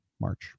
March